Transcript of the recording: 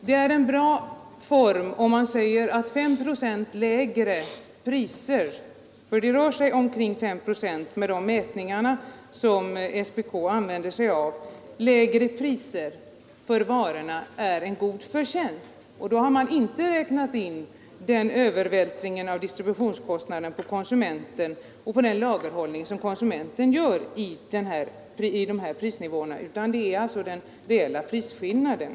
Det är en bra form om man säger att S procent lägre priser — för det rör sig om 5 procent med de mätningar som SPK använder — på varorna är en god förtjänst. Då har man i dessa prisnivåer inte räknat in övervältringen av distributionskostnaden på konsumenten och den lagerhållning som konsumenten gör, utan det är fråga om den reella prisskillnaden.